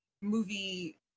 movie